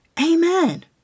Amen